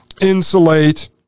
insulate